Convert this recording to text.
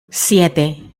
siete